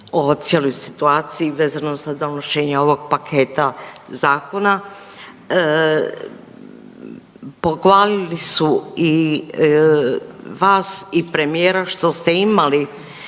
o cijeloj situaciji vezano za donošenje ovog paketa zakona. Pohvalili su i vas i premijera što ste imali